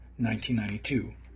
1992